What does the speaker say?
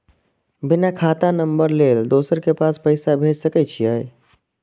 बिना खाता नंबर लेल दोसर के पास पैसा भेज सके छीए?